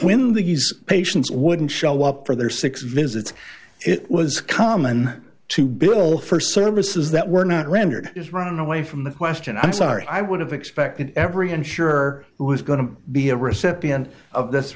when these patients wouldn't show up for their six visits it was common to bill for services that were not rendered is running away from the question i'm sorry i would have expected every insurer who is going to be a recipient of this